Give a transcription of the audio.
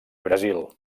brasil